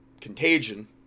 contagion